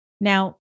Now